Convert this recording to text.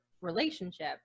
relationship